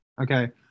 Okay